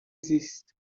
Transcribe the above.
زیست